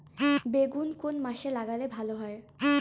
বেগুন কোন মাসে লাগালে ভালো হয়?